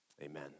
Amen